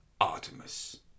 Artemis